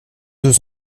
deux